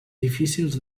difícils